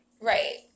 right